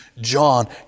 John